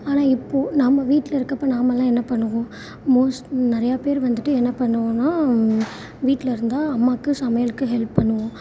ஆனால் இப்போது நாம் வீட்டில் இருக்கப்போ நாமெல்லாம் என்ன பண்ணுவோம் மோஸ்ட் நிறையா பேர் வந்துட்டு என்ன பண்ணுவோன்னால் வீட்டில் இருந்தால் அம்மாவுக்கு சமையலுக்கு ஹெல்ப் பண்ணுவோம்